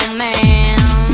man